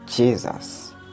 Jesus